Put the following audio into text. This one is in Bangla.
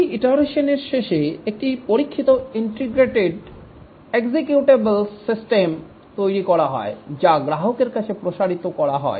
প্রতিটি ইটারেসনের শেষে একটি পরীক্ষিত ইন্টিগ্রেটেড এক্সিকিউটেবল সিস্টেম তৈরি করা হয় যা গ্রাহকের কাছে প্রসারিত করা হয়